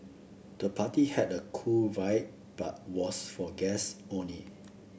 the party had a cool vibe but was for guests only